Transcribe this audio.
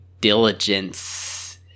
diligence